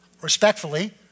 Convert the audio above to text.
respectfully